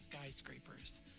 skyscrapers